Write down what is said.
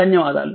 ధన్యవాదాలు